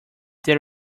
that